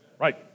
Right